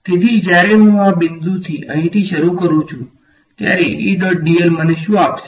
તેથી જ્યારે હું આ બિંદુથી અહીંથી શરૂ કરું છું ત્યારે મને શું આપશે